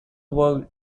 worked